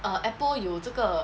err apple 有这个